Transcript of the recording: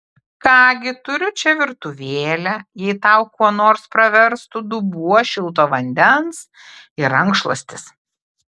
ką gi turiu čia virtuvėlę jei tau kuo nors praverstų dubuo šilto vandens ir rankšluostis